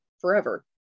forever